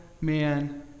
man